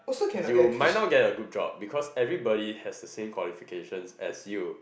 you might not get a good job because everybody has a same qualifications as you